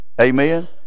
Amen